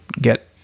get